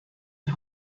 and